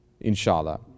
Inshallah